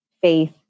faith